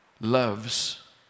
loves